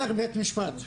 לך לבית משפט,